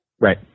Right